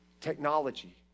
technology